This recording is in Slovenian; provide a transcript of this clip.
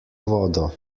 vodo